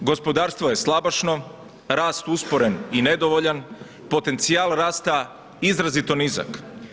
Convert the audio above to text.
Gospodarstvo je slabašno, rast usporen i nedovoljan, potencijal rasta izrazito nizak.